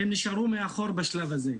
הם נשארו מאחור בשלב הזה.